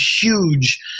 huge